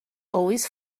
always